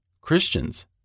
Christians